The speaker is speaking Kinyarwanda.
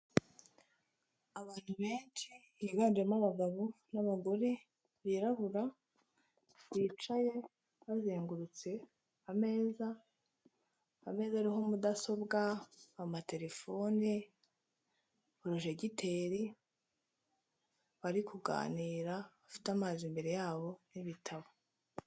Abantu benshi higanjemo abagabo n'abagore birabura bicaye bazengurutse ameza, ameza ariho mudasobwa, amatelefone porojegiteri barikuganira bafite amazi imbere yabo n'ibitabo.